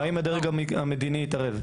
האם הדרג המדיני התערב?